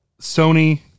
Sony